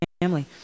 family